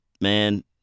man